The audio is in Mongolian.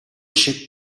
шиг